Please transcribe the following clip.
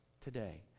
today